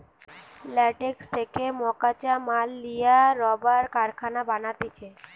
latex থেকে মকাঁচা মাল লিয়া রাবার কারখানায় বানাতিছে